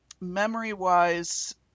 memory-wise